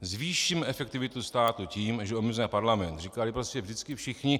Zvýšíme efektivitu státu tím, že omezíme parlament, říkali prostě vždycky všichni.